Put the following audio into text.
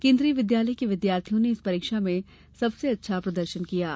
केन्द्रीय विद्यालय के विद्यार्थियों ने इस परीक्षा में सबसे अच्छा प्रदर्शन किया है